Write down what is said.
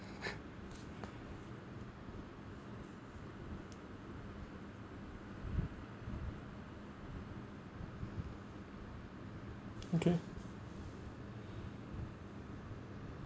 okay